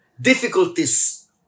difficulties